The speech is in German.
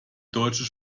deutsche